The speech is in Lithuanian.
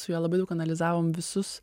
su juo labai daug analizavom visus